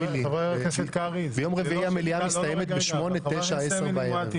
ביום רביעי המליאה מסתימת בשמונה, תשע, עשר בערב.